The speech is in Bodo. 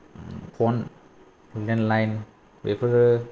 फन लेन्डलाइन बेफोरो